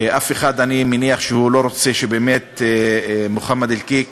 ואף אחד, אני מניח, לא רוצה שבאמת מוחמד אלקיק